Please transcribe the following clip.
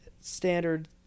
Standard